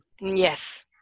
Yes